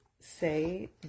say